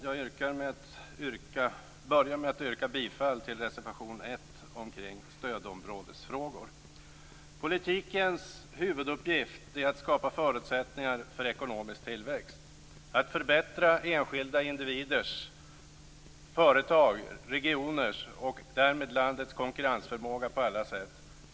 Fru talman! Jag börjar med att yrka bifall till reservation 1 kring stödområdesfrågor. Politikens huvuduppgift är att skapa förutsättningar för ekonomisk tillväxt och att förbättra enskilda individers, företags, regioners och därmed landets konkurrensförmåga på alla sätt.